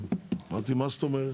אמרתי: מה זאת אומרת?